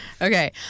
Okay